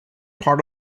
part